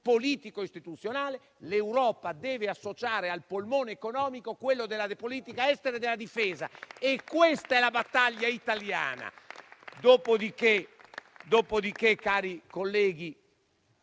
politico istituzionale; l'Europa deve associare al polmone economico quello della politica estera e della difesa. Questa è la battaglia italiana. Dopo di che, cari colleghi,